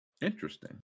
Interesting